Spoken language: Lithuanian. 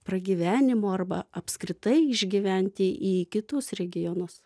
pragyvenimo arba apskritai išgyventi į kitus regionus